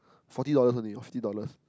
forty dollars only forty dollars